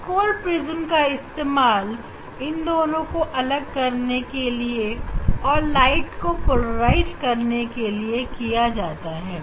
Nicol prism का इस्तेमाल इन दोनों को अलग करने के लिए और लाइट को पोलराइज करने के लिए किया जाता है